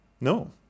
No